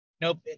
Nope